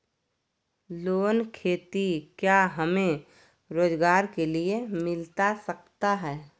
Loan खेती क्या हमें रोजगार के लिए मिलता सकता है?